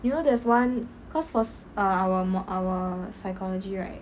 you know there's one course was for our psychology right